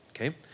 okay